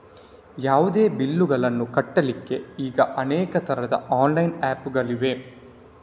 ಯಾವುದೇ ಬಿಲ್ಲುಗಳನ್ನು ಕಟ್ಲಿಕ್ಕೆ ಈಗ ಅನೇಕ ತರದ ಆನ್ಲೈನ್ ಆಪ್ ಗಳಿವೆ